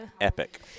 epic